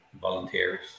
volunteers